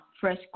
fresh